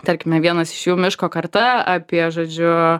tarkime vienas iš jų miško karta apie žodžiu